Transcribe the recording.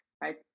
right